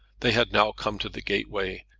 they had now come to the gateway,